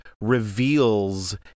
reveals